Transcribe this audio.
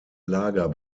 lager